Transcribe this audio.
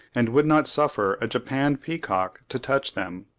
and would not suffer a japanned peacock to touch them.